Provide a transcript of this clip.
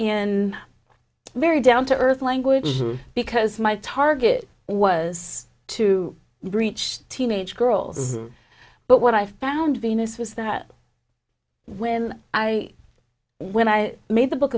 a very down to earth language because my target was to reach teenage girls but what i found venus was that when i when i made the book